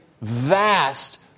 vast